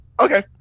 okay